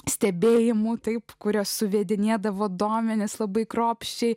stebėjimų taip kurias suvedinėdavo duomenys labai kruopščiai